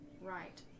Right